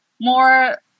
more